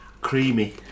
creamy